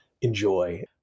enjoy